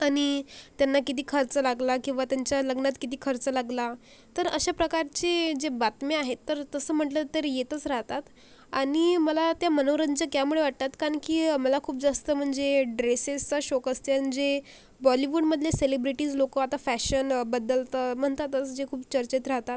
आणि त्यांना किती खर्च लागला किंवा त्यांच्या लग्नात किती खर्च लागला तर अशाप्रकारची जे बातम्या आहेत तर तसं म्हटलं तर येतच राहतात आणि मला त्या मनोरंजक यामुळे वाटतात कारण की मला खूप जास्त म्हणजे ड्रेसेसचा शोक असेल जे बॉलिवूडमधले सेलिब्रेटीज लोकं आता फॅशनबद्दल तर म्हणतातच जे खूप चर्चेत राहतात